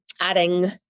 adding